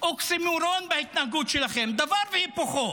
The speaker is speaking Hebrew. אוקסימורון בהתנהגות שלכם, דבר והיפוכו.